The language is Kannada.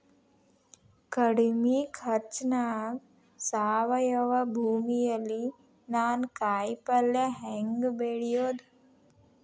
ಕಡಮಿ ಖರ್ಚನ್ಯಾಗ್ ಸಾವಯವ ಭೂಮಿಯಲ್ಲಿ ನಾನ್ ಕಾಯಿಪಲ್ಲೆ ಹೆಂಗ್ ಬೆಳಿಯೋದ್?